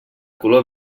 color